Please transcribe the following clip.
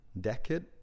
decade